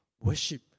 worship